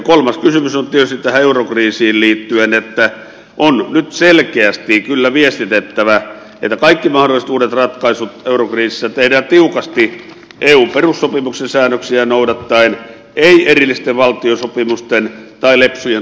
kolmas kysymys on tietysti tähän eurokriisiin liittyen se että nyt on selkeästi kyllä viestitettävä että kaikki mahdolliset uudet ratkaisut eurokriisissä tehdään tiukasti eun perussopimuksen säädöksiä noudattaen ei erillisten valtiosopimusten tai lepsujen tulkintojen nojalla